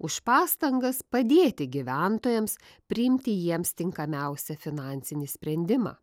už pastangas padėti gyventojams priimti jiems tinkamiausią finansinį sprendimą